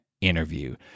Interview